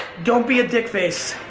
don't be a dickface,